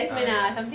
ah ya